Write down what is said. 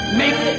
make